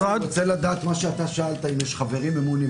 אתה צריך את נציג המשרד.